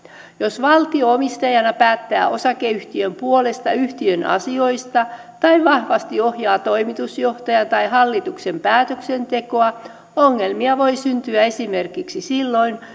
jos valtio omistajana päättää osakeyhtiön puolesta yhtiön asioista tai vahvasti ohjaa toimitusjohtajaa tai hallituksen päätöksentekoa ongelmia voi syntyä esimerkiksi silloin